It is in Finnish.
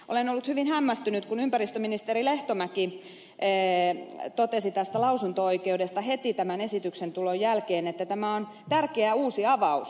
olen ollut hyvin hämmästynyt kun ympäristöministeri lehtomäki totesi tästä lausunto oikeudesta heti tämän esityksen tulon jälkeen että tämä on tärkeä uusi avaus